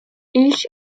each